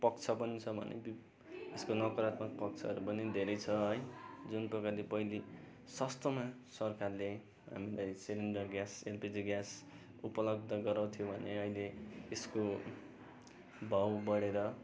पक्ष पनि छ भने यसको नकारात्मक पक्षहरू पनि धेरै छ है जुन प्रकारले पहिली सस्तोमा सरकारले हामीलाई सिलिन्डर ग्यास एलपिजी ग्यास उपलब्ध गराउँथ्यो भने अहिले यसको भाउ बढेर